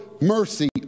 mercy